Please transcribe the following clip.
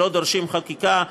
שלא דורשים חקיקה,